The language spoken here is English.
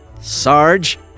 Sarge